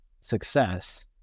success